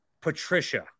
Patricia